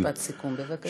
משפט סיכום בבקשה.